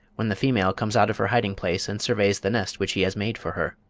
when the female comes out of her hiding-place and surveys the nest which he has made for her.